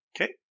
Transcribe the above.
Okay